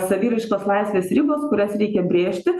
saviraiškos laisvės ribos kurias reikia brėžti